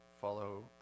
follow